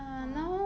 for